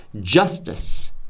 justice